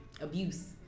abuse